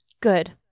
Good